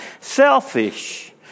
selfish